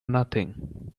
nothing